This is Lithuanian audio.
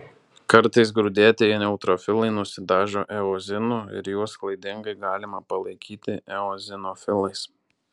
kartais grūdėtieji neutrofilai nusidažo eozinu ir juos klaidingai galima palaikyti eozinofilais